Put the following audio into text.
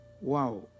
wow